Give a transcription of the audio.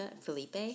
Felipe